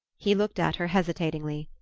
he looked at her hesitatingly.